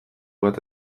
bat